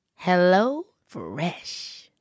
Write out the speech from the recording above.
HelloFresh